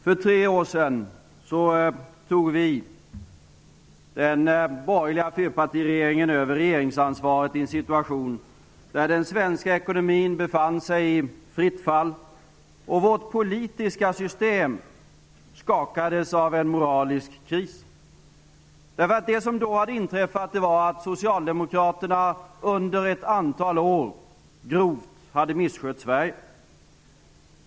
För tre år sedan tog den borgerliga fyrpartiregeringen över regeringsansvaret i en situation där den svenska ekonomin befann sig i fritt fall. Vårt politiska system skakades av en moralisk kris. Då hade Socialdemokraterna under ett antal år grovt misskött Sverige.